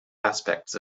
aspects